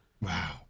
Wow